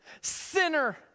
sinner